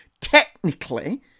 technically